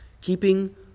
Keeping